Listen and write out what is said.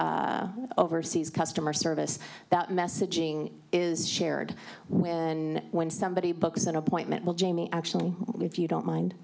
oversees customer service that messaging is shared with and when somebody books an appointment well jamie actually if you don't mind